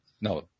no